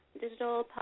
Digital